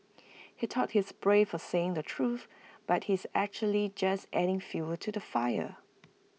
he thought he's brave for saying the truth but he's actually just adding fuel to the fire